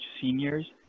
seniors